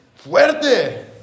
fuerte